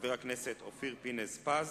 חבר הכנסת אופיר פינס-פז